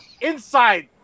inside